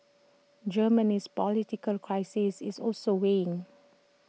Germany's political crisis is also weighing